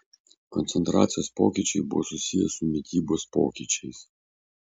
koncentracijos pokyčiai buvo susiję su mitybos pokyčiais